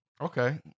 okay